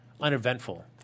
uneventful